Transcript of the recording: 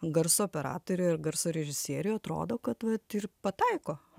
garso operatorių ir garso režisieriui atrodo kad vat ir pataiko hm